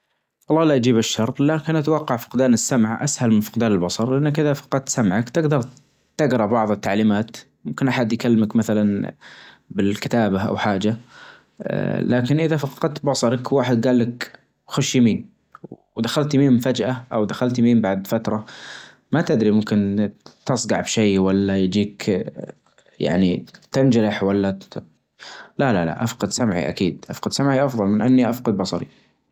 الله لا يجيب الشر لكن اتوقع فقدان السمع اسهل من فقدان البصر لانك اذا فقدت سمعك تجدر تجرا بعظ التعليمات ممكن احد يكلمك مثلا بالكتابة او حاجة لكن اذا فقدت بصرك واحد جال لك خش يمين ودخلت يمين فجأة او دخلت يمين بعد فترة ما تدري ممكن تصجع بشيء ولا يجيك يعني تنجرح ولا لا لا لا افقد سمعي اكيد افقد سمعي افظل من اني افقد بصري.